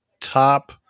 top